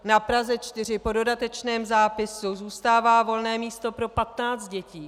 Na Praze 4 po dodatečném zápisu zůstává volné místo pro 15 dětí.